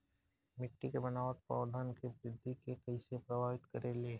मिट्टी के बनावट पौधन के वृद्धि के कइसे प्रभावित करे ले?